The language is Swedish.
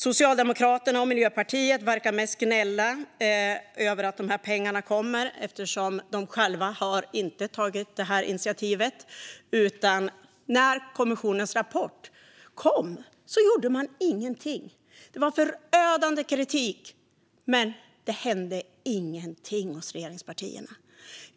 Socialdemokraterna och Miljöpartiet verkar mest gnälla över att pengarna kommer eftersom de själva inte har tagit initiativet. När kommissionens rapport kom gjorde man ingenting. Det var förödande kritik, men det hände ingenting hos regeringspartierna.